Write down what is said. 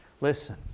Listen